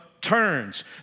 turns